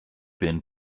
bin